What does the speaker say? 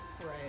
Right